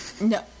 No